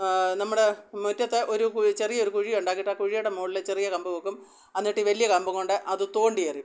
നമ്മൾ മുറ്റത്ത് ഒരു കുഴി ചെറിയൊരു കുഴിയുണ്ടാക്കിട്ട് ആ കുഴിയുടെ മുകളിൽ ചെറിയ കമ്പ് വെക്കും എന്നിട്ട് ഈ വലിയ കമ്പുകൊണ്ട് അത് തോണ്ടിയെറിയും